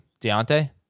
Deontay